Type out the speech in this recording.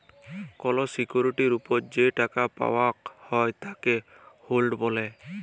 call সিকিউরিটির ওপর যে টাকা পাওয়াক হ্যয় তাকে ইল্ড ব্যলে